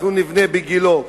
אנחנו נבנה בגילה.